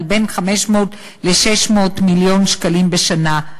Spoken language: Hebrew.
על בין 500 מיליון שקלים ל-600 מיליון שקלים בשנה.